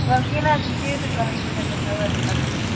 تُل حظ کیٚنٛہہ نہٕ حظ چھُنہٕ چیٚیِو تُہۍ فلحال أکِس گھنٛٹس سوٲرۍ تہٕ پتہٕ وٕچھو